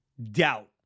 Doubt